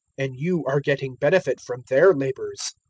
and you are getting benefit from their labours.